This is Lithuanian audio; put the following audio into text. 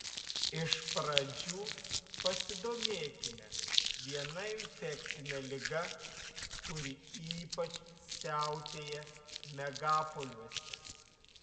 iš pradžių pasidomėkime viena infekcine liga kuri ypač siautėja megapoliuose